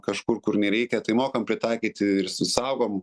kažkur kur nereikia tai mokam pritaikyti ir su saugom